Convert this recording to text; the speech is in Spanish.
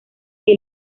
que